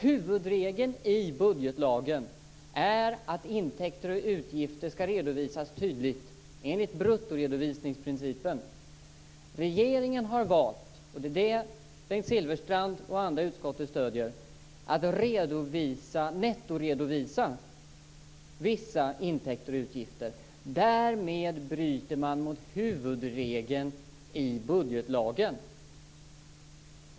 Huvudregeln i budgetlagen är att intäkter och utgifter ska redovisas tydligt, enligt bruttoredovisningsprincipen. Regeringen har valt - det är det Bengt Silfverstrand och andra i utskottet stöder - att nettoredovisa vissa intäkter och utgifter. Därmed bryter man mot huvudregeln i budgetlagen.